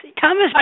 Thomas